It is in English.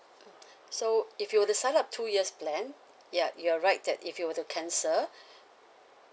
so if you were to sign up two years plan ya you are right that if you were to cancel